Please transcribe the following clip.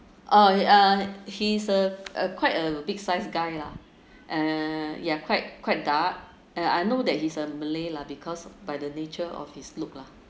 oh yeah he's a a quite a big size guy lah uh ya ya quite quite dark and I know that he is a malay lah because by the nature of his look lah